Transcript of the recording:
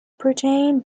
protein